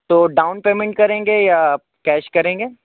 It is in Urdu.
تو ڈاؤن پیمنٹ کریں گے یا کیش کریں گے